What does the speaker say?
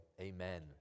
amen